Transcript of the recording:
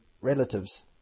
relatives